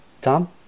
Tom